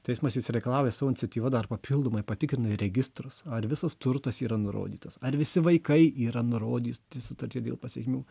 teismas išsireikalauja savo iniciatyva dar papildomai patikrina ir registrus ar visas turtas yra nurodytas ar visi vaikai yra nurodyti sutartyje dėl pasekmių